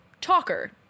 talker